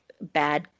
bad